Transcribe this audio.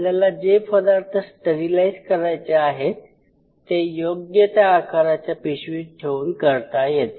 आपल्याला जे पदार्थ स्टरीलाईज करायचे आहेत ते योग्य त्या आकाराच्या पिशवीत ठेवून करता येते